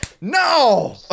No